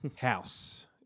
House